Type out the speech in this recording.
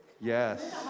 yes